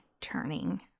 turning